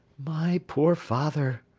my poor father!